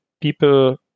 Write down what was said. people